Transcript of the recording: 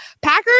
Packers